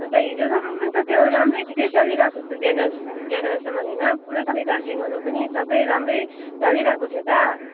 अनि त हिजोसम्मन्मा त त्यो राम्रै ठिकै चलिरहेको थियो बिहान बिहानसम्मन होइन पुरा सबै चार्जिङहरू पनि सबै राम्रै चलिरहेको थियो त